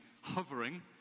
hovering